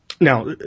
Now